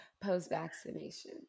post-vaccination